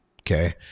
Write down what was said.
Okay